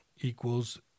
equals